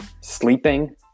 sleeping